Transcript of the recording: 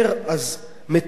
אז מתירים.